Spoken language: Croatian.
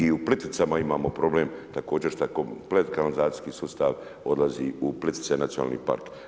I u Plitvicama imamo problem također šta je komplet kanalizacijski sustav u odlazi u Plitvice nacionalni park.